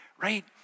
right